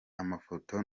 amafoto